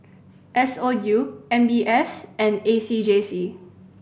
S O U M B S and A C J C